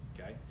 okay